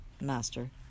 Master